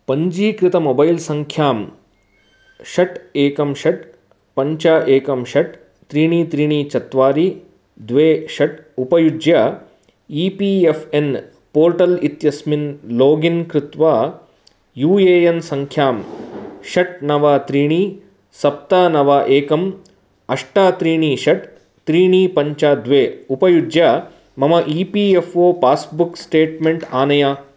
पञ्जीकृत मोबैल् सङ्ख्याम् षट् एकं षट् पञ्च एकं षट् त्रीणि त्रीणि चत्वारि द्वे षट् उपयुज्य E P F N portal इत्यस्मिन् लागिन् कृत्वा यू ए एन् सङ्ख्यां षट् नव त्रीणि सप्त नव एकं अष्ट त्रीणि षट् त्रीणि पञ्च द्वे उपयुज्य मम E P F O passbook statement आनय